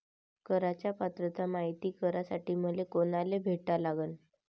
कराच पात्रता मायती करासाठी मले कोनाले भेटा लागन?